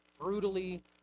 brutally